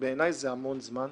בעיני זה המון זמן,